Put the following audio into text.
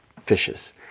fishes